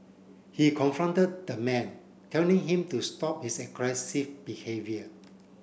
he confronted the man telling him to stop his aggressive behaviour